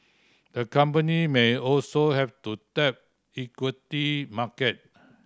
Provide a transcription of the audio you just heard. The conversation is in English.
the company may also have to tap equity market